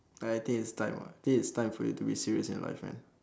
I think it's time ah I think it's time for you to be serious in life man